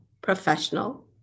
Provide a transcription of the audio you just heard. professional